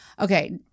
okay